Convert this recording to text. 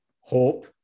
hope